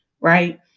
Right